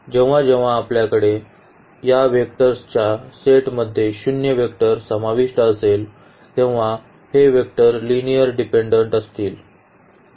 जेव्हा जेव्हा आपल्याकडे या वेक्टर्सच्या सेटमध्ये शून्य वेक्टर समाविष्ट असेल तेव्हा हे वेक्टर लिनिअर्ली डिपेन्डेन्ट असतील